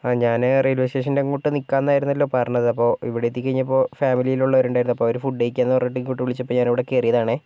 ആ ഞാന് റെയിൽവേ സ്റ്റേഷൻറ്റെ അങ്ങോട്ട് നിൽക്കാമെന്ന് ആയിരുന്നല്ലോ പറഞ്ഞത് അപ്പോൾ ഇവിടേ എത്തി കഴിഞ്ഞപ്പോൾ ഫാമിലിലുള്ളവര് ഉണ്ടായിരുന്നു അപ്പോൾ അവര് ഫുഡ് കഴിക്കാമെന്ന് പറഞ്ഞിട്ട് ഇങ്ങോട്ട് വിളിച്ചപ്പോൾ ഞാന് ഇവിടേ കയറിയതാണേ